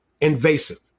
invasive